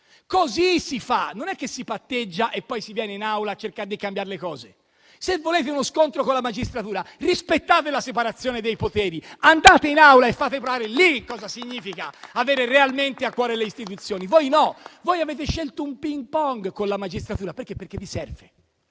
Così si fa, non è che si patteggia e poi si viene in Aula a cercare di cambiare le cose. Se volete uno scontro con la magistratura, rispettate la separazione dei poteri, andate in aula e fate provare lì cosa significa avere realmente a cuore le istituzioni. Voi no, avete scelto un *ping-pong* con la magistratura perché vi serve.